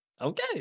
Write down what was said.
Okay